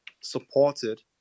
supported